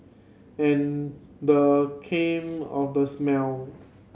and the came on the smell